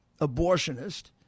abortionist